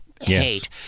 hate